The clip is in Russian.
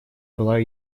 была